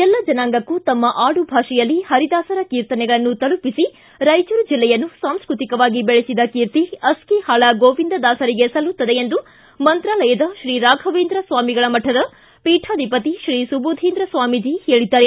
ಎಲ್ಲ ಜನಾಂಗಕ್ಕೂ ತಮ್ಮ ಆಡು ಭಾಷೆಯಲ್ಲಿ ಹರಿದಾಸರ ಕೀರ್ತನೆಗಳನ್ನು ತಲುಪಿಸಿ ರಾಯಚೂರು ಜಿಲ್ಲೆಯನ್ನು ಸಾಂಸ್ಕೃತಿಕವಾಗಿ ಬೆಳೆಬಿದ ಕೀರ್ತಿ ಅಸ್ಕಿಹಾಳ ಗೋವಿಂದದಾಸರಿಗೆ ಸಲ್ಲುತ್ತದೆ ಎಂದು ಮಂತಾಲಯದ ಶ್ರೀ ರಾಘವೇಂದ್ರ ಸ್ವಾಮಿಗಳ ಮಠದ ಪೀಠಾಧಿಪತಿ ಶ್ರೀ ಸುಬುಧೇಂದ್ರ ಸ್ವಾಮೀಜಿ ಹೇಳದ್ದಾರೆ